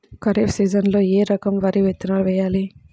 ఖరీఫ్ సీజన్లో ఏ రకం వరి విత్తనాలు వేయాలి?